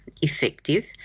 effective